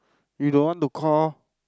he don't want to call